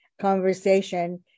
conversation